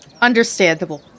Understandable